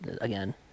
again